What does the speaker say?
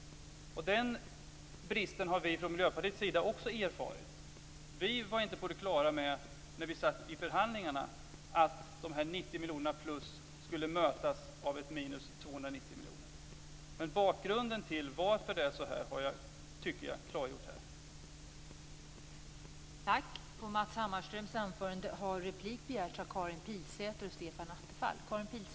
Den bristen har vi från Miljöpartiets sida också erfarit. När vi satt i förhandlingarna var vi inte på det klara med att dessa 90 miljoner plus skulle mötas av 290 miljoner minus. Men jag tycker att jag har klargjort bakgrunden till varför det är så här.